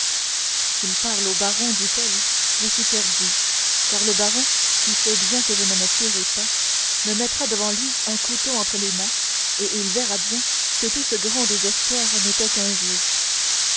parle au baron dit-elle je suis perdue car le baron qui sait bien que je ne me tuerai pas me mettra devant lui un couteau entre les mains et il verra bien que tout ce grand désespoir n'était qu'un jeu